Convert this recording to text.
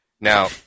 Now